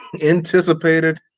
anticipated